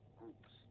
groups